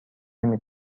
نمی